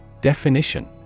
Definition